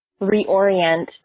reorient